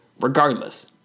Regardless